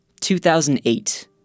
2008